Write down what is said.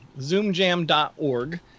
ZoomJam.org